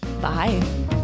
Bye